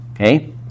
Okay